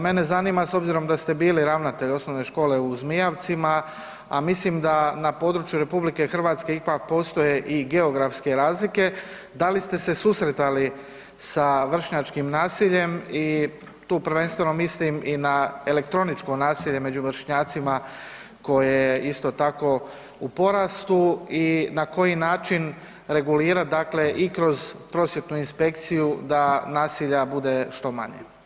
Mene zanima s obzirom da ste bili ravnatelj osnovne škole u Zmijavcima, a mislim da na području RH ipak postoje i geografske razlike da li ste se susretali sa vršnjačkim nasiljem i tu prvenstveno mislim i na elektroničko nasilje među vršnjacima koje je isto tako u porastu i na koji način regulirati dakle i kroz prosvjetnu inspekciju da nasilja bude što manje?